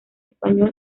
español